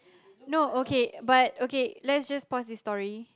no okay but okay let's just pause this story